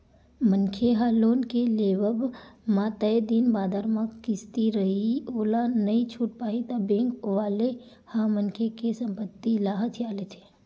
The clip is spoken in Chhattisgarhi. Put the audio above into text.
मनखे ह लोन के लेवब म तय दिन बादर म किस्ती रइही ओला नइ छूट पाही ता बेंक वाले ह मनखे के संपत्ति ल हथिया लेथे